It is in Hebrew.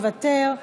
מוותר.